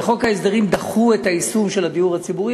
בחוק ההסדרים דחו את היישום של הדיור הציבורי.